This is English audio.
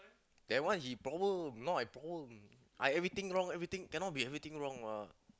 then what he problem not my problem I everything wrong I cannot be everything wrong what